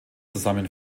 zusammen